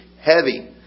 heavy